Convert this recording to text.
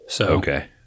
Okay